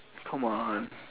come on